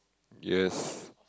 yes